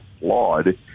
flawed